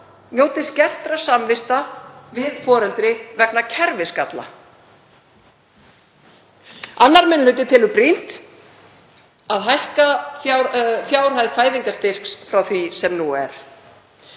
njóti skertra samvista við foreldri vegna kerfisgalla. Annar minni hluti telur brýnt að hækka fjárhæð fæðingarstyrks frá því sem nú er.